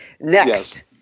Next